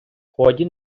ході